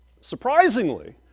surprisingly